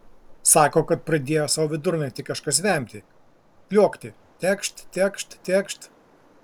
sako kad pradėjo sau vidurnaktį kažkas vemti kliokti tekšt tekšt tekšt